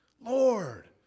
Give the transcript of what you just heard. Lord